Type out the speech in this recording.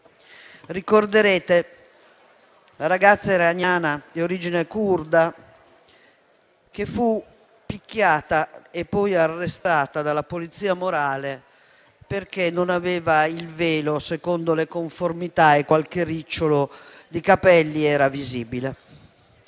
Ricorderete la ragazza iraniana di origine curda, che fu picchiata e poi arrestata dalla polizia morale perché non indossava il velo in conformità alla legge e qualche ricciolo di capelli era visibile.